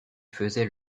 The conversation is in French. faisait